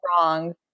wrong